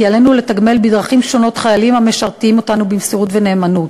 כי עלינו לתגמל בדרכים שונות חיילים המשרתים אותנו במסירות ובנאמנות,